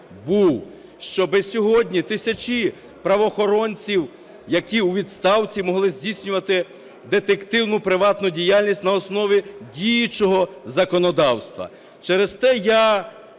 щоб сьогодні тисячі правоохоронців, які у відставці, могли здійснювати детективну приватну діяльність на основі діючого законодавства. Через те, я